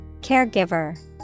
caregiver